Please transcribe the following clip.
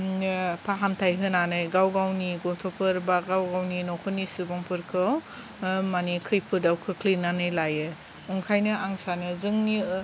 फाहामथाइ होनानै गाव गावनि गथ'फोर बा गाव गावनि न'खरनि सुबुंफोरखौ माने खैफोदाव खोख्लैनानै लायो ओंखायनो आं सानो जोंनि